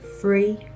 free